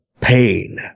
Pain